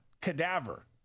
cadaver